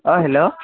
অঁ হেল্ল'